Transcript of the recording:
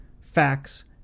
facts